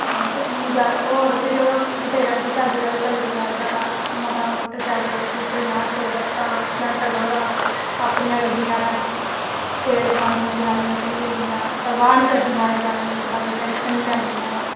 ते इंया होर फिर बत्हेरा किश अज्जकल चली पेदा जादा मता मोटरसैकल स्कूटर बस्सां मेटाडोरां अपनियां गड्डियां न तेल पोआंदियां जनानियां चली पौंदियां न परवाह निं करदियां जाने दियां कुसै दियां टेंशन निं लैंदियां न